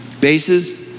bases